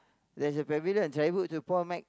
there's a Pavilion Tribute to Paul-Mc